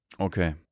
Okay